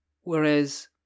whereas